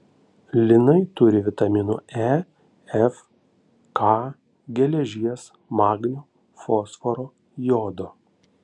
linai turi vitaminų e f k geležies magnio fosforo jodo